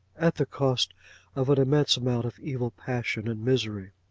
at the cost of an immense amount of evil passion and misery.